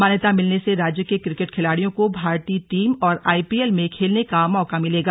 मान्यता मिलने से राज्य के क्रिकेट खिलाड़ियों को भारतीय टीम और आईपीएल में खेलने का मौका मिलेगा